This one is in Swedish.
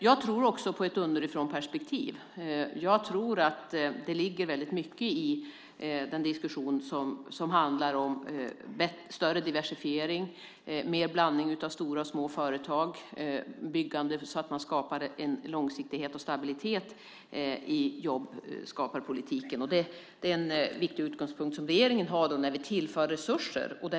Jag tror också på ett underifrånperspektiv och att det ligger mycket i diskussionen som handlar om större diversifiering, mer blandning av stora och små företag, ett byggande som skapar långsiktighet och stabilitet i jobbskaparpolitiken. Det är en viktig utgångspunkt som vi i regeringen har när vi tillför resurser.